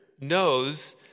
knows